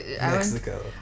Mexico